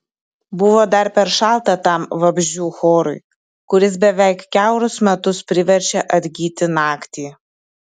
buvo dar per šalta tam vabzdžių chorui kuris beveik kiaurus metus priverčia atgyti naktį